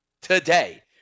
today